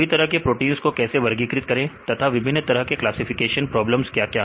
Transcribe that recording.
सभी तरह के प्रोटींस को कैसे वर्गीकृत करें तथा विभिन्न तरह के क्लासिफिकेशन प्रॉब्लम्स क्या क्या है